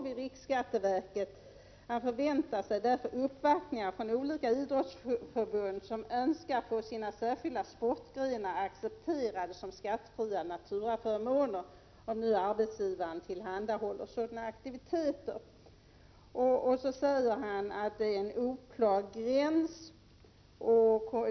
—att riksskatteverket ”förväntar sig därför uppvaktningar från olika idrottsförbund som önskar få sina särskilda sportgrenar accepterade såsom skattefria naturaförmåner, om nu arbetsgivarna tillhandahåller sådana aktiviteter”. Vidare säger han att gränsen är oklar.